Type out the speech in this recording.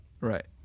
Right